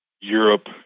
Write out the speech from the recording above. europe